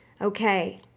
okay